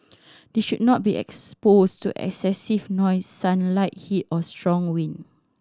they should not be exposed to excessive noise sunlight heat or strong wind